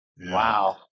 wow